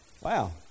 Wow